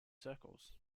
circles